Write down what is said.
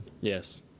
Yes